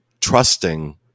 trusting